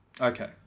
Okay